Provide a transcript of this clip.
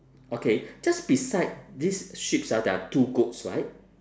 okay just beside these sheeps ah there are two goats right